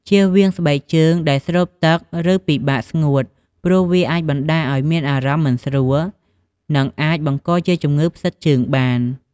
ជៀសវាងស្បែកជើងដែលស្រូបទឹក ឬពិបាកស្ងួត ព្រោះវាអាចបណ្ដាលឲ្យមានអារម្មណ៍មិនស្រួល និងអាចបង្កជាជំងឺផ្សិតជើងបាន។